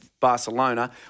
Barcelona